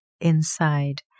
inside